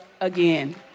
again